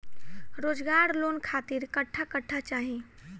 रोजगार लोन खातिर कट्ठा कट्ठा चाहीं?